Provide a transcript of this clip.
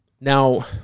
Now